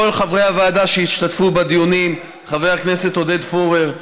לכל חברי הוועדה שהשתתפו בדיונים: חבר הכנסת עודד פורר,